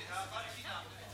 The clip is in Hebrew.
כן, כן, ואהבת חינם.